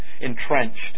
entrenched